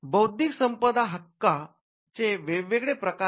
बौद्धिक संपदा हक्कां चे वेगवेगळे प्रकार आहेत